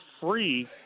free